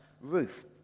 roof